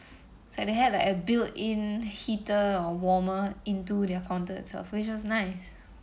it's like they had a built-in heater or warmer into their counter itself which was nice